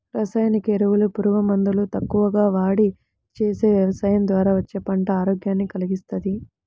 రసాయనిక ఎరువులు, పురుగు మందులు తక్కువగా వాడి చేసే యవసాయం ద్వారా వచ్చే పంట ఆరోగ్యాన్ని కల్గిస్తది